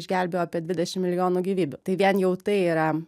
išgelbėjo apie dvidešimt milijonų gyvybių tai vien jau tai yra